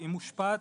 היא מושפעת